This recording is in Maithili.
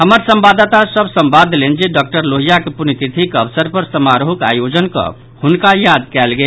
हमर संवाददाता सभ संवाद देलनि जे डॉक्टर लोहियाक पूण्यतिथिक अवसर पर समारोहक आयोजन कऽ हुनका याद कयल गेल